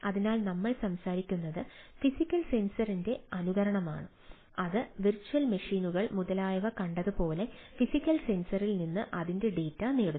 അതിനാൽ നമ്മൾ സംസാരിക്കുന്നത് ഫിസിക്കൽ സെൻസറിന്റെ അനുകരണമാണ് അത് വിർച്വൽ മെഷീനുകൾ മുതലായവ കണ്ടതുപോലെ ഫിസിക്കൽ സെൻസറിൽ നിന്ന് അതിന്റെ ഡാറ്റ നേടുന്നു